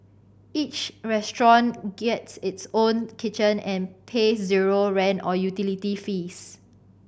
each restaurant gets its own kitchen and pays zero rent or utility fees